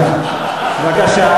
בבקשה.